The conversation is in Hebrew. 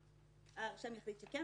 הרשם יחליט שכן,